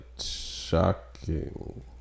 shocking